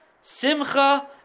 simcha